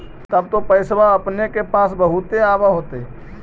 तब तो पैसबा अपने के पास बहुते आब होतय?